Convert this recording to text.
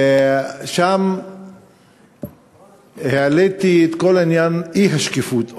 העליתי שם את כל עניין האי-שקיפות,